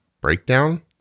breakdown